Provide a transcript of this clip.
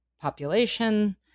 population